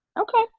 Okay